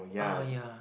ah yeah